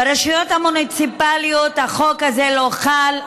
ברשויות המוניציפליות החוק הזה לא חל.